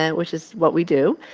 and which is what we do,